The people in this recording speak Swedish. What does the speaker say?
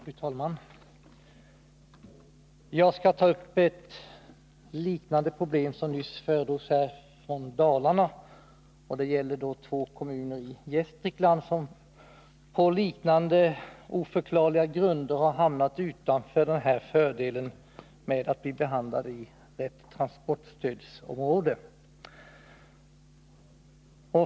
Fru talman! Jag skall ta upp ett problem liknande det som nyss föredrogs från Dalarna. Det gäller två kommuner i Gästrikland, som på samma oförklarliga grunder inte har fått fördelen att bli inplacerade i transportstödsområdet.